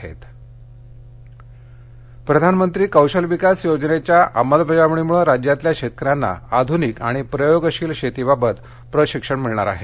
शेतकरी प्रशिक्षण प्रधानमत्री कौशल्य विकास योजनेच्या अंमलबजावणीमुळे राज्यातल्या शेतकऱ्यांना आधूनिक आणि प्रयोगशील शेतीबाबत प्रशिक्षण मिळणार आहे